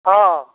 हँ